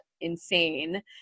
insane